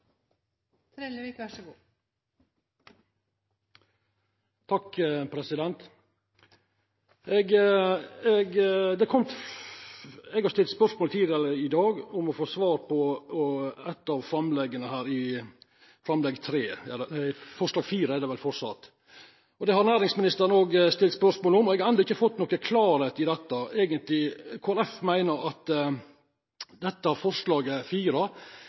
Eg har stilt spørsmål tidlegare i dag om eit av forslaga her, forslag nr. 4. Det har næringsministeren òg stilt spørsmål om, og eg har enno ikkje fått nokon klarleik i dette. Kristeleg Folkeparti meiner at dette